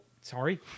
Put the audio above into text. sorry